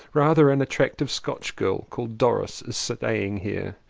rather an attractive scotch girl called doris is staying here.